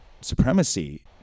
supremacy